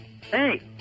Hey